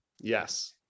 Yes